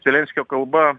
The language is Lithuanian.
zelenskio kalba